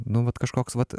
nu vat kažkoks vat